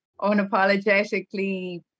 unapologetically